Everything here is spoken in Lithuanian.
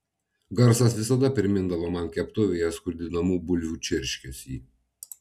garsas visada primindavo man keptuvėje skrudinamų bulvių čirškesį